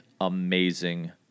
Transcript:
amazing